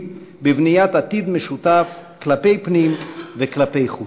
בבניית עתיד משותף כלפי פנים וכלפי חוץ.